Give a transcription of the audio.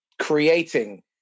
creating